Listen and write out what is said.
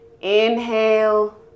inhale